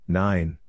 nine